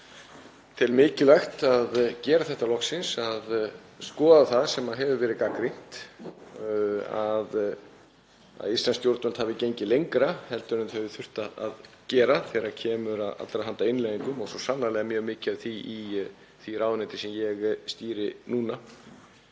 tel mikilvægt að gera það loksins að skoða það sem hefur verið gagnrýnt, að íslensk stjórnvöld hafi gengið lengra heldur en þau þurftu að gera þegar kemur að allra handa innleiðingum. Svo sannarlega er mjög mikið af þeim í því ráðuneyti sem ég stýri núna.